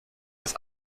das